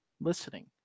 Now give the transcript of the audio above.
listening